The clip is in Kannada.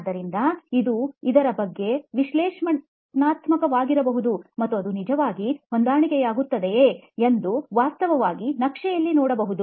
ಆದ್ದರಿಂದ ನೀವು ಇದರ ಬಗ್ಗೆ ವಿಶ್ಲೇಷಣಾತ್ಮಕವಾಗಿರಬಹುದು ಮತ್ತು ಅದು ನಿಜವಾಗಿ ಹೊಂದಾಣಿಕೆಯಾಗುತ್ತದೆಯೇ ಎಂದು ವಾಸ್ತವವಾಗಿ ನಕ್ಷೆಯಲ್ಲಿ ನೋಡಬಹುದು